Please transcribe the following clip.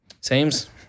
Sames